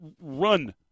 run